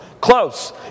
close